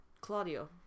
Claudio